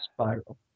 spiral